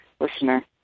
listener